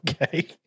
Okay